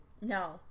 No